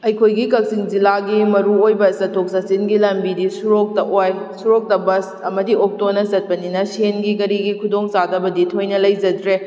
ꯑꯩꯈꯣꯏꯒꯤ ꯀꯛꯆꯤꯡ ꯖꯤꯂꯥꯒꯤ ꯃꯔꯨ ꯑꯣꯏꯕ ꯆꯠꯊꯣꯛ ꯆꯠꯁꯤꯡꯒꯤ ꯂꯝꯕꯤꯗꯤ ꯁꯣꯔꯣꯛꯇ ꯑꯣꯏ ꯁꯣꯔꯣꯛꯇ ꯕꯁ ꯑꯃꯗꯤ ꯑꯣꯛꯇꯣꯅ ꯆꯠꯄꯅꯤꯅ ꯁꯦꯟꯒꯤ ꯀꯔꯤꯒꯤ ꯈꯨꯗꯣꯡ ꯆꯥꯗꯕꯗꯤ ꯊꯣꯏꯅ ꯂꯩꯖꯗ꯭ꯔꯦ